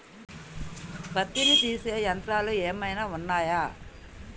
పత్తిని తీసే యంత్రాలు ఏమైనా ఉన్నయా?